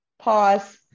pause